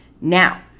Now